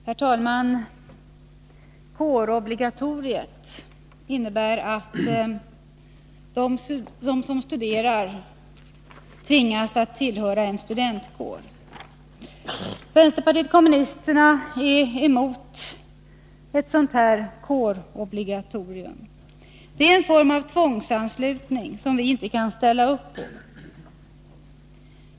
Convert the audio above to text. Herr talman! Kårobligatoriet innebär att de som studerar tvingas att tillhöra en studentkår. Vänsterpartiet kommunisterna är emot ett sådant kårobligatorium. Det är en form av tvångsanslutning, som vi inte kan ställa oss bakom.